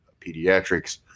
Pediatrics